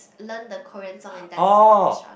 learn the Korean song and dance at the restaurant